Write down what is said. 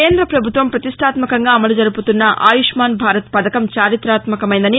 కేంద్ర పభుత్వం ప్రతిష్టాత్మకంగా అమలు జరుపుతున్న ఆయుష్మాన్ భారత్ పథకం చారిత్వాకమైందని